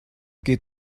geht